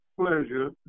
pleasure